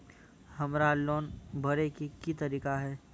हमरा लोन भरे के की तरीका है?